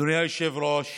אדוני היושב-ראש,